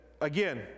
again